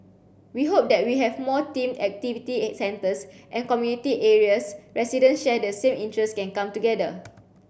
we hope that we have more themed activity centres and community areas residents share the same interest can come together